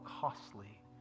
costly